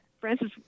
Francis